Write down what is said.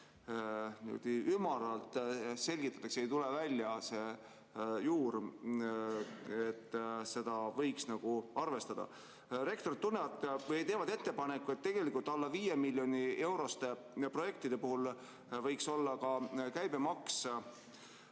ümaralt, ei tule välja see juur, et seda võiks arvestada. Rektorid teevad ettepaneku, et tegelikult alla 5 miljoni euroste projektide puhul võiks olla ka käibemaks